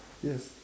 yes